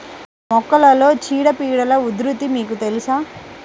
మొక్కలలో చీడపీడల ఉధృతి మీకు తెలుసా?